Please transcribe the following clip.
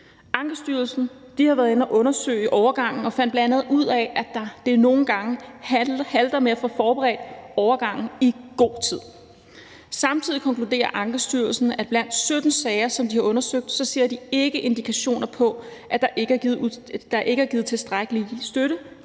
Ankestyrelsen har været inde at undersøge overgangen og fandt bl.a. ud af, at det nogle gange halter med at få forberedt overgangen i god tid. Samtidig konkluderer Ankestyrelsen, at blandt 17 sager, som de har undersøgt, ser de ikke indikationer på, at der ikke er givet tilstrækkelig støtte